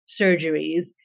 surgeries